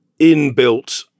inbuilt